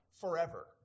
forever